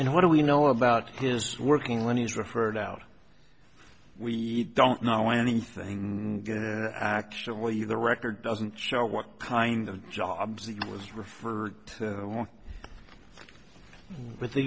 and what do we know about his working when he's referred out we don't know anything actually the record doesn't show what kind of jobs it was referred to but the